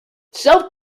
self